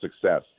success